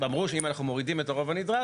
אמרו שאם אנחנו מורידים את הרוב הנדרש,